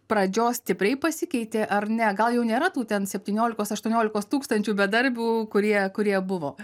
pradžios stipriai pasikeitė ar ne gal jau nėra tų ten septyniolikos aštuoniolikos tūkstančių bedarbių kurie kurie buvo